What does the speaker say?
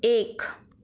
एक